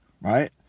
right